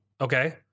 okay